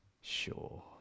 sure